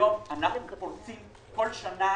היום אנחנו פורצים כל שנה